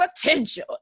potential